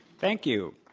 thank you.